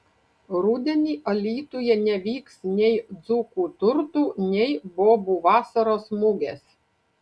rudenį alytuje nevyks nei dzūkų turtų nei bobų vasaros mugės